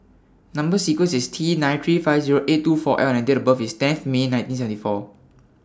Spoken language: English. Number sequence IS T nine three five Zero eight two four L and Date of birth IS tenth May nineteen seventy four